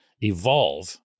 evolve